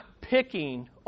picking